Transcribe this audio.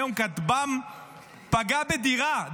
היום כטב"מ פגע בדירה,